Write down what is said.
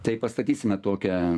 tai pastatysime tokią